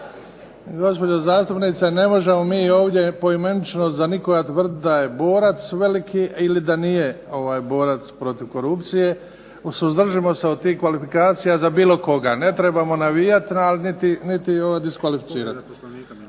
Gospođo zastupnice, ne možemo mi ovdje poimenično za nikoga tvrdit da je borac veliki ili da nije borac protiv korupcije. Suzdržimo se od tih kvalifikacija za bilo koga. Ne trebamo navijat, ali niti diskvalificirat.